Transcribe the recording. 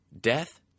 death